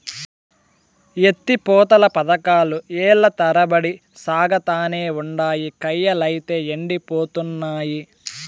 ఎత్తి పోతల పదకాలు ఏల్ల తరబడి సాగతానే ఉండాయి, కయ్యలైతే యెండిపోతున్నయి